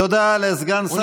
תודה לסגן שר החינוך,